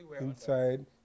inside